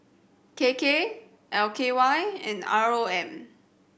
K K L K Y and R O M